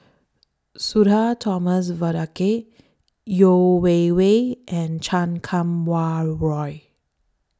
Sudhir Thomas Vadaketh Yeo Wei Wei and Chan Kum Wah Roy